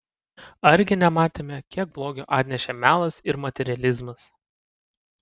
argi nematėme kiek blogio atnešė melas ir materializmas